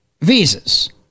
visas